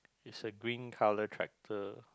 is a green colour tractor